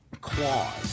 claws